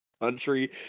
Country